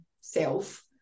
self